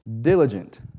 diligent